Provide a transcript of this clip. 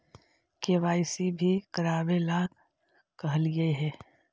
KYC भी करवावेला कहलिये हे?